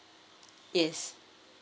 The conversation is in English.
yes